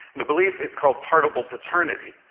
the belief, it's called partible paternity,